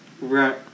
Right